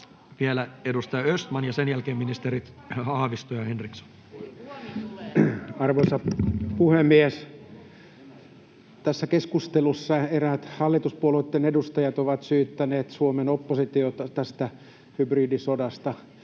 vielä edustaja Östman ja sen jälkeen ministerit Haavisto ja Henriksson. Arvoisa puhemies! Tässä keskustelussa eräät hallituspuolueitten edustajat ovat syyttäneet Suomen oppositiota hybridisodasta.